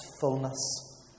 fullness